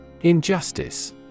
Injustice